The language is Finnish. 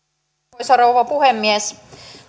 arvoisa rouva puhemies